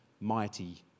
mighty